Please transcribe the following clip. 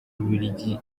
bubiligi